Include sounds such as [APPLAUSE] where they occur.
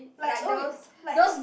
like oh eh like [NOISE]